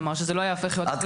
כלומר שזה לא ייהפך להיות כלל.